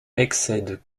excède